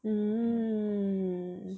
hmm